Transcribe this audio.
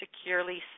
securely